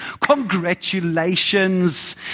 Congratulations